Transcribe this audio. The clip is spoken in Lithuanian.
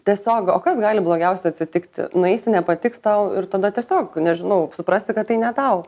tiesiogiai o kas gali blogiausia atsitikti nueisi nepatiks tau ir tada tiesiog nežinau suprasti kad tai ne tau